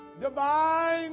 divine